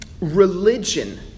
religion